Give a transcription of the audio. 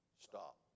stop